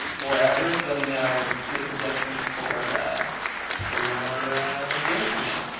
wherever. let me know your suggestions for for more games to make.